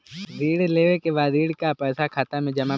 ऋण लेवे के बाद ऋण का पैसा खाता में मिली?